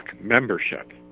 membership